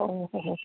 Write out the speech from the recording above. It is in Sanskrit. ओहोहो